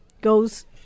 goes